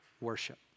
worship